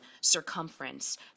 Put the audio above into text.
circumference